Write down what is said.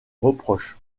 reproches